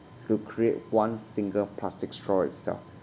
to create one single plastic straw itself